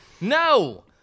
No